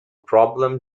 problem